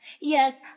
Yes